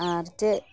ᱟᱨ ᱪᱮᱫ